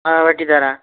ஆ வெட்டித்தர்றேன்